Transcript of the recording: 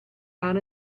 out